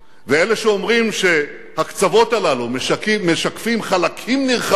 ואלה שאומרים שהקצוות הללו משקפים חלקים נרחבים